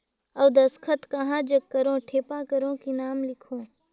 अउ दस्खत कहा जग करो ठेपा करो कि नाम लिखो?